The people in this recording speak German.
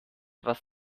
was